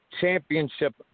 Championship